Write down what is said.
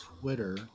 Twitter